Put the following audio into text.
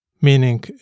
meaning